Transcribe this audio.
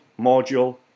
module